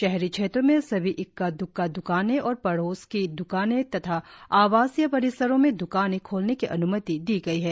शहरी क्षेत्रों में सभी इक्का द्क्का द्कानें और पड़ोस की द्कानें तथा आवासीय परिसरों में द्कानें खोलने की अन्मति दी गई है